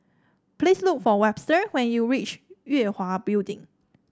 please look for Webster when you reach Yue Hwa Building